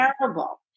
terrible